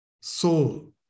soul